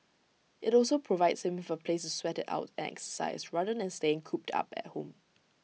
IT also provides him with A place to sweat IT out and exercise rather than staying cooped up at home